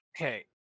Okay